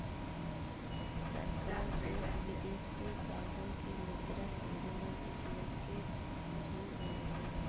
सरकार देश विदेश के कलाधन के मुद्दा समझेला कुछ लोग के झुंड बनईले बा